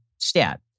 Stat